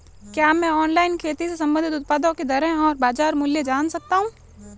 क्या मैं ऑनलाइन खेती से संबंधित उत्पादों की दरें और बाज़ार मूल्य जान सकता हूँ?